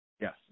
yes